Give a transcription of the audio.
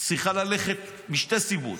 צריכה ללכת משתי סיבות: